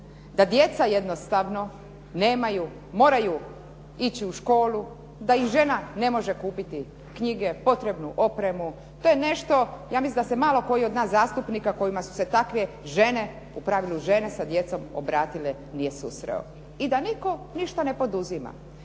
da djeca jednostavno nemaju, moraju ići u školu, da im žena ne može kupiti knjige, potrebnu opremu, to je nešto, ja mislim da se malo koji od nas zastupnika kojima su se takve žene, u pravilu žene sa djecom obratile nije susreo. I da nitko ništa na poduzima.